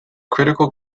critical